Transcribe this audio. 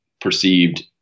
perceived